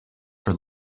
for